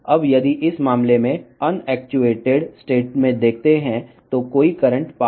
ఇప్పుడు మీరు ఈ అన్ యాక్చుయేటెడ్ స్టేటులో విద్యుత్ ప్రవాహము లేదు